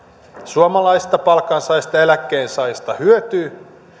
suomalaisista palkansaajista ja eläkkeensaajista hyötyy